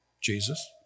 Jesus